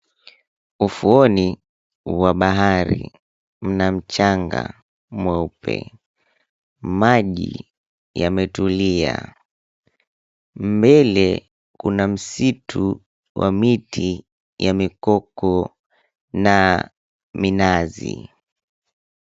Ufuoni wa bahari mna mchanga mweupe. Maji yametulia. Mbele kuna msitu wa miti ya mikoko na minazi.